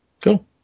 cool